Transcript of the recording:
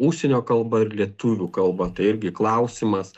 užsienio kalba ir lietuvių kalba tai irgi klausimas